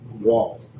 wall